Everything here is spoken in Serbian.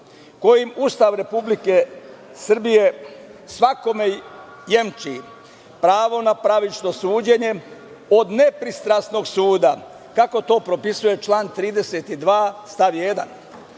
kojima Ustav Republike Srbije svakom jemči pravo na pravično suđenje od nepristrasnog suda, kako to pripisuje član 32. stav 1.